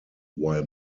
while